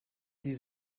die